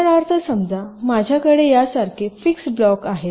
उदाहरणार्थ समजा माझ्याकडे यासारखे फिक्स्ड ब्लॉक आहे